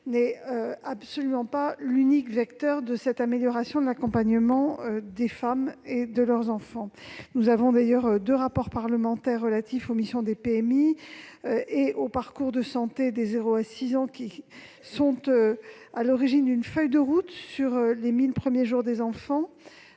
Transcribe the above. n'est absolument pas l'unique vecteur de cette amélioration de l'accompagnement des femmes et de leurs enfants. Deux rapports parlementaires relatifs aux missions des centres de PMI et au parcours de santé des enfants jusqu'à 6 ans sont à l'origine d'une feuille de route sur les mille premiers jours des enfants